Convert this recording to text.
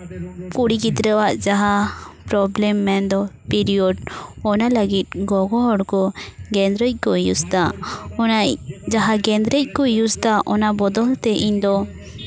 ᱠᱩᱲᱤ ᱜᱤᱫᱽᱨᱟᱹᱣᱟᱜ ᱡᱟᱦᱟᱸ ᱯᱨᱚᱵᱽᱞᱮᱢ ᱢᱮᱱ ᱫᱚ ᱯᱤᱨᱤᱭᱳᱰ ᱚᱱᱟ ᱞᱟᱹᱜᱤᱫ ᱜᱚᱜᱚ ᱦᱚᱲ ᱠᱚ ᱜᱮᱸᱫᱽᱨᱮᱡ ᱠᱚ ᱤᱭᱩᱥᱫᱟ ᱚᱱᱟ ᱡᱟᱦᱟᱸ ᱜᱮᱸᱫᱽᱨᱮᱡ ᱠᱚ ᱤᱭᱩᱥᱫᱟ ᱚᱱᱟ ᱵᱚᱫᱚᱞᱛᱮ ᱤᱧ ᱫᱚ